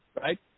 right